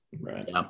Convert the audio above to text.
Right